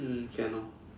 mm can orh